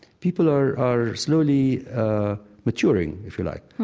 people are are slowly maturing, if you like,